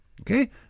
Okay